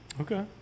Okay